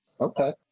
Okay